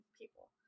people